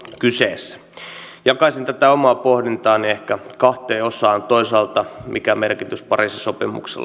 kyseessä jakaisin tätä omaa pohdintaani ehkä kahteen osaan toisaalta mikä merkitys pariisin sopimuksella on